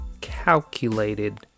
calculated